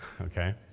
Okay